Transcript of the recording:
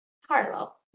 Harlow